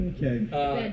Okay